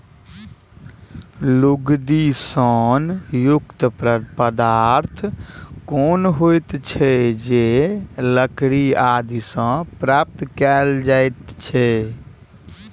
लुगदी सन युक्त पदार्थ होइत छै जे लकड़ी आदि सॅ प्राप्त कयल जाइत छै